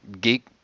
geek